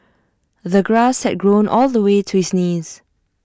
the grass had grown all the way to his knees